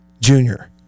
Junior